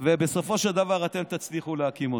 ובסופו של דבר אתם תצליחו להקים אותה,